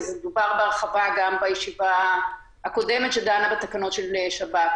ודובר על כך בהרחבה גם בישיבה הקודמת שדנה בתקנות שב"כ,